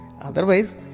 Otherwise